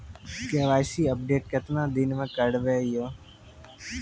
KYC update केतना दिन मे करेबे यो?